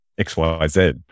XYZ